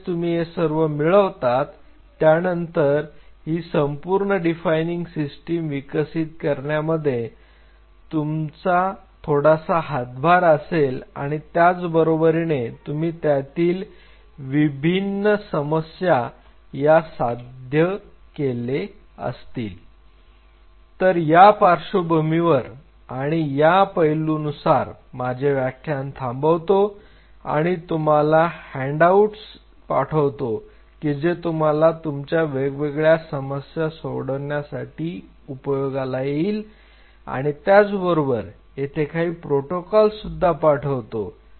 ज्या वेळेस तुम्ही हे सर्व मिळतात त्यानंतर ही संपूर्ण डिफाइनइंग सिस्टीम विकसित करण्यामध्ये तुमचा थोडासा हातभार असेल आणि त्याच बरोबरीने तुम्ही त्यातील विभिन्न समस्या या साध्य केले असतील तर या पार्श्वभूमीनुसार आणि या पैलूनुसार माझे व्याख्यान थांबवतो आणि तुम्हाला हॅण्डआउटस पाठवतो की जे तुम्हाला तुमच्या वेगवेगळ्या समस्या सोडवण्यासाठी उपयोग येईल आणि त्याच बरोबर येथे काही प्रोटोकॉल्स सुद्धा पाठवतो